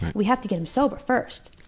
we have to get him sober first.